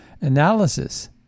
analysis